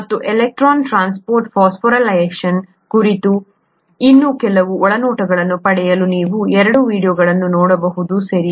ಮತ್ತು electron transport phosphorylation ಕುರಿತು ಇನ್ನೂ ಕೆಲವು ಒಳನೋಟಗಳನ್ನು ಪಡೆಯಲು ನೀವು ಈ 2 ವೀಡಿಯೊಗಳನ್ನು ನೋಡಬಹುದು ಸರಿ